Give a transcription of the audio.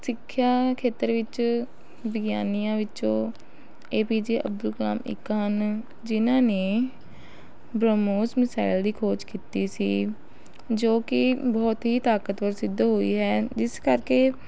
ਸਿੱਖਿਆ ਖੇਤਰ ਵਿੱਚ ਵਿਗਿਆਨੀਆਂ ਵਿੱਚੋ A P J Abdul Kalam ਇੱਕ ਹਨ ਜਿਨ੍ਹਾਂ ਨੇ ਬ੍ਰਮੋਜ਼ ਮਿਸਾਈਲ ਦੀ ਖੋਜ ਕੀਤੀ ਸੀ ਜੋ ਕਿ ਬਹੁਤ ਹੀ ਤਾਕਤਵਰ ਸਿੱਧ ਹੋਈ ਹੈ ਜਿਸ ਕਰਕੇ